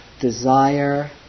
desire